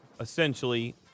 essentially